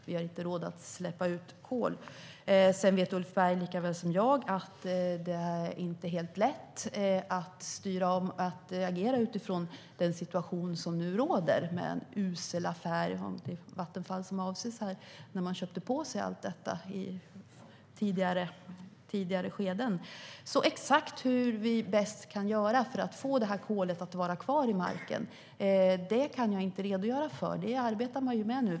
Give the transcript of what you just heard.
Vi har inte råd att släppa ut kol. Exakt hur vi bäst kan göra för att få kolet att vara kvar i marken kan jag inte redogöra för. Det arbetar man med nu.